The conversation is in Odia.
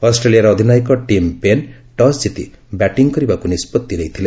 ଅଷ୍ଟ୍ରେଲିଆର ଅଧିନାୟକ ଟିମ୍ ପେନ୍ ଟସ୍ ଜିତି ବ୍ୟାଟିଂ କରିବାକୁ ନିଷ୍ପଭି ନେଇଥିଲେ